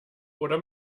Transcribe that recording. oder